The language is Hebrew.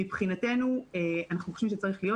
מבחינתנו אנחנו חושבים שצריך להיות: